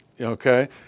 Okay